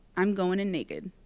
i'm going in naked.